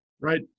Right